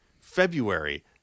february